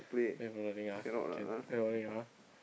play bowling ah can play bowling ah